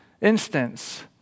instance